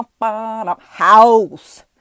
House